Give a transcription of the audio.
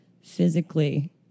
physically